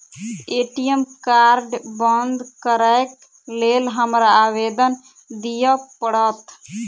ATM card बंद करैक लेल हमरा आवेदन दिय पड़त?